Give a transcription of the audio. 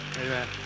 Amen